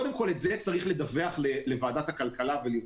על זה צריך לדווח לוועדת הכלכלה ולראות.